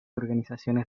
organizaciones